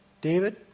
David